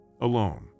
alone